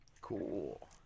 Cool